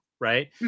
right